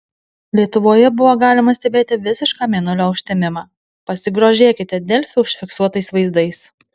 lietuvoje buvo galima stebėti visišką mėnulio užtemimą pasigrožėkite delfi užfiksuotais vaizdais